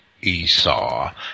Esau